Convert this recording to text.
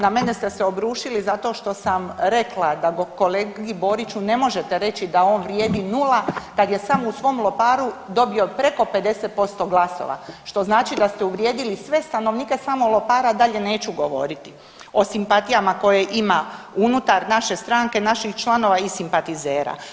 Na mene ste se obrušili zato što sam rekla da kolegi Boriću ne možete reći da on vrijedi nula kad je sam u svom Loparu dobio preko 50% glasova, što znači da ste uvrijedili sve stanovnike samog Lopara, a dalje neću govoriti o simpatijama koje ima unutar naše stranke, naših članova i simpatizera.